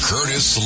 Curtis